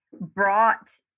brought